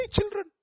children